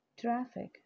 traffic